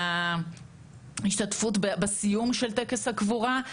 מההשתתפות בסיום של טקס הקבורה.